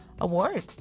award